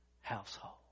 household